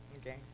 Okay